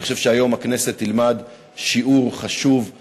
אני חושב שהכנסת תלמד היום שיעור חשוב,